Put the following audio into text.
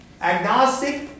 agnostic